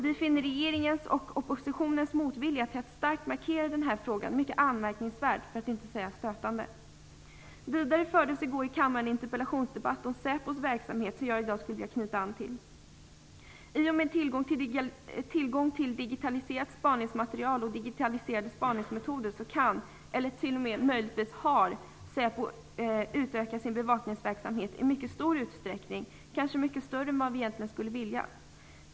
Vi finner regeringens och oppositionens motvilja mot att starkt markera i denna fråga mycket anmärkningsvärd, för att inte säga stötande. Vidare fördes det i går i kammaren en interpellationsdebatt om säpos verksamhet som jag i dag skulle vilja knyta an till. I och med tillgång till digitaliserat spaningsmaterial och digitaliserade spaningsmetoder kan säpo utöka - eller har t.o.m. möjligtvis utökat - sin bevakningsverksamhet i mycket stor utsträckning, kanske mycket större än vad vi egentligen skulle vilja.